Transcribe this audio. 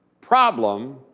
problem